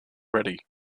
ready